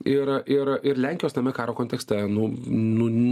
ir ir ir lenkijos tame karo kontekste nu nu